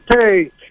Hey